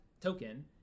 token